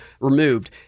removed